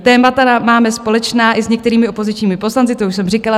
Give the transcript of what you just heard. Témata máme společná i s některými opozičními poslanci, to už jsem říkala.